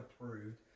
approved